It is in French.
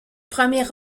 premier